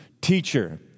Teacher